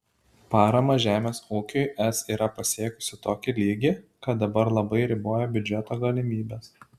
parama žemės ūkiui es yra pasiekusį tokį lygį kad labai riboja biudžeto galimybes